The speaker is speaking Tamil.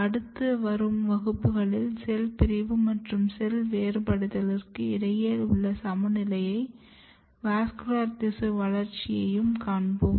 அடுத்து வரும் வகுப்புகளில் செல் பிரிவு மற்றும் செல் வேறுபடுத்தலிற்கு இடையில் உள்ள சமநிலையும் வாஸ்குலர் திசு வளர்ச்சியையும் காண்போம்